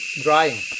drying